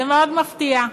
זה מאוד מפתיע.